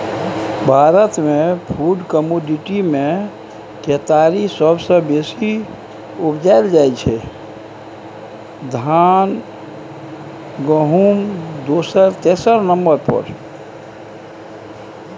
भारतमे फुड कमोडिटीमे केतारी सबसँ बेसी उपजाएल जाइ छै धान गहुँम दोसर तेसर नंबर पर